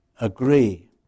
Agree